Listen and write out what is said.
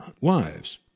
wives